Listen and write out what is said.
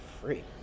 free